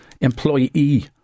employee